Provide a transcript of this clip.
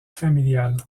familiale